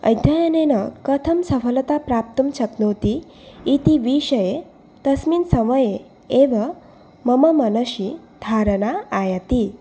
अध्ययनेन कथं सफलता प्राप्तुं शक्नोति इति विषये तस्मिन् समये एव मम मनसि धारणा आयाति